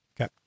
Okay